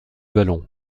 vallon